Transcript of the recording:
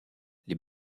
les